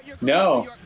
No